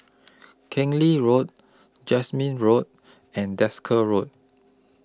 Keng Lee Road Jasmine Road and Desker Road